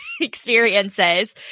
experiences